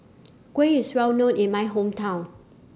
Kuih IS Well known in My Hometown